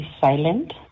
silent